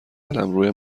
قلمروه